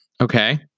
okay